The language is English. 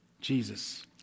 Jesus